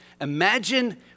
Imagine